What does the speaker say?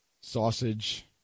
sausage